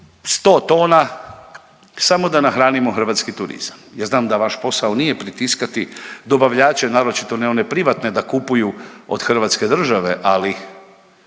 100 tona samo da nahranimo hrvatski turizam. Ja znam da vaš posao nije pritiskati dobavljače, naročito ne one privatne da kupuju od Hrvatske države, ali